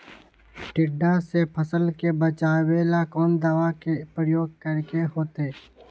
टिड्डा से फसल के बचावेला कौन दावा के प्रयोग करके होतै?